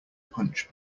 punch